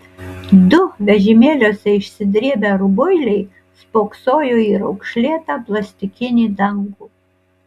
du vežimėliuose išsidrėbę rubuiliai spoksojo į raukšlėtą plastikinį dangų